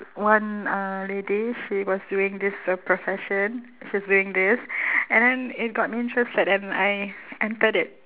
one uh lady she was doing this uh profession she's doing this and then it got me interested and I entered it